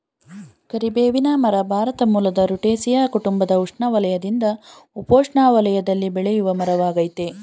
ಕರಿಬೇವಿನ ಮರ ಭಾರತ ಮೂಲದ ರುಟೇಸಿಯೇ ಕುಟುಂಬದ ಉಷ್ಣವಲಯದಿಂದ ಉಪೋಷ್ಣ ವಲಯದಲ್ಲಿ ಬೆಳೆಯುವಮರವಾಗಯ್ತೆ